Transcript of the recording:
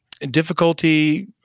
difficulty